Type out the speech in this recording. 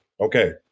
Okay